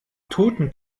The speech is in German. toten